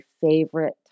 favorite